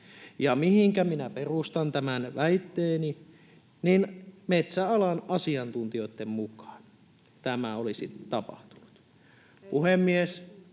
mihinkä minä perustan tämän väitteeni: metsäalan asiantuntijoitten mukaan tämä olisi tapahtunut.